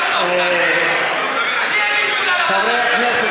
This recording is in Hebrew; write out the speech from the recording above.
חברי הכנסת,